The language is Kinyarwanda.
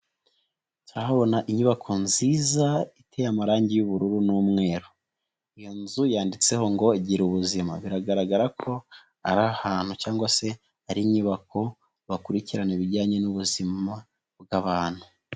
Turahabona inyubako nziza iteye amarangi y'ubururu n'umweru, iyo nzu yanditseho ngo gira ubuzima, biragaragara ko ari ahantu cyangwa se ari inyubako bakurikirana ibijyanye n'ubuzima bw'abantu.